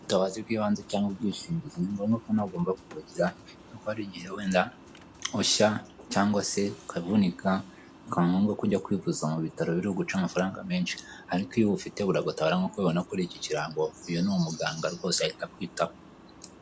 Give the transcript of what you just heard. Ubutabazi bw'ibanze cyangwa ubwishingizi ngombwa ko nawe ugomba kubagira, kuko hari igihe wenda ushya cyangwa se ukavunika bikaba ngombwa ko ukujya kwivuza mu bitaro biri uguca amafaranga mensh,i ariko iyo ufite buragutabara nk'uko ubbiona kuri iki kirango, uyu ni umuganga rwose ahita akwitaho.